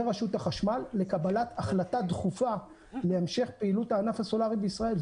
ורשות החשמל לקבלת החלטה דחופה להמשך פעילות הענף הסולארי בישראל.